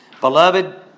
Beloved